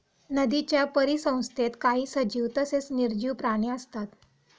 नदीच्या परिसंस्थेत काही सजीव तसेच निर्जीव प्राणी असतात